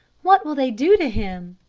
what will they do to him?